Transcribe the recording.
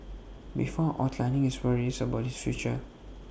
before outlining his worries about his future